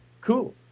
cool